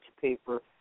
paper